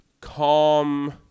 calm –